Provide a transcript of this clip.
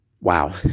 Wow